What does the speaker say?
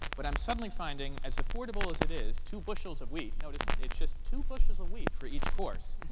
but i'm suddenly finding, as affordable as it is, two bushels of wheat notice, it's just two bushels of wheat for each course.